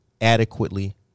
adequately